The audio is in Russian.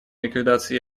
ликвидации